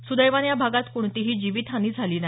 सुदैवानं या भागात कोणतीही जीवित हानी झाली नाही